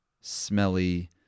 smelly